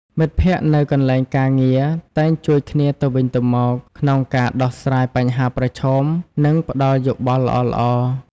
មិត្តភក្តិនៅកន្លែងការងារតែងជួយគ្នាទៅវិញទៅមកក្នុងការដោះស្រាយបញ្ហាប្រឈម និងផ្តល់យោបល់ល្អៗ។